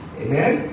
amen